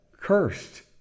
Cursed